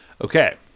Okay